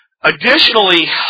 Additionally